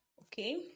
Okay